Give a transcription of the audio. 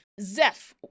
Zef